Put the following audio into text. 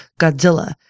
Godzilla